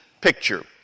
picture